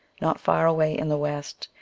not far away in the west,